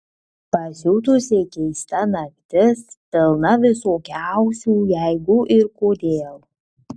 pasiutusiai keista naktis pilna visokiausių jeigu ir kodėl